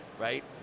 right